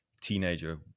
teenager